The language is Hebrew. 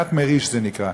תקנת "מריש" זה נקרא.